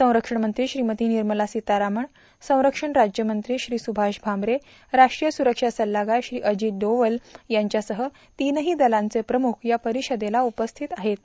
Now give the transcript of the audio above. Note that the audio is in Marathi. संरक्षण मंत्री श्रीमती निर्मला सीतारामन संरक्षण राज्यमंत्री श्री स्रभाष भामरे राष्ट्रीय स्ररक्षा सल्लागार श्री अजित डोवल यांच्यासह तीनही दलांचे प्रमुख या परिषदेला उपस्थित राहणार आहेत